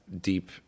deep